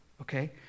okay